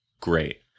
great